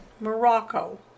Morocco